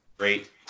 Great